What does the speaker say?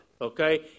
Okay